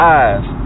eyes